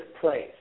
place